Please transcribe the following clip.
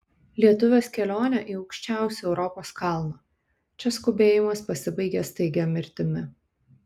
lietuvės kelionė į aukščiausią europos kalną čia skubėjimas pasibaigia staigia mirtimi